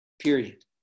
Period